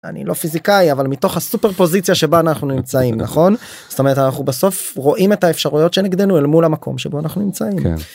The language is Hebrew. אני לא פיזיקאי אבל מתוך הסופר פוזיציה שבה אנחנו נמצאים נכון זאת אומרת אנחנו בסוף רואים את האפשרויות שנגדנו אל מול המקום שבו אנחנו נמצאים.